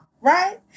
Right